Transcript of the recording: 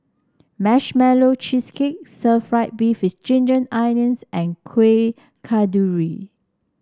Marshmallow Cheesecake Stir Fried Beef with Ginger Onions and Kueh Kasturi